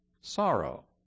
sorrow